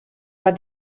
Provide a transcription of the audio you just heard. war